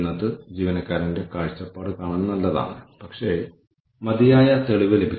എത്ര ജീവനക്കാർ സ്ഥാപനത്തിനെതിരെ കേസെടുക്കുന്നു